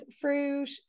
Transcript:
fruit